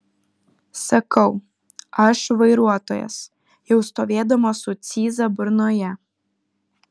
sakau aš vairuotojas jau stovėdamas su cyza burnoje